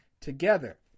together